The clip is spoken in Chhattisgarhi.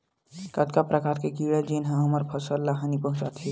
कतका प्रकार के कीड़ा जेन ह हमर फसल ल हानि पहुंचाथे?